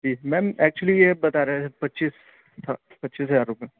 جی ma'am actually یہ بتا رہے ہیں پچیس پچیس ہزار روپے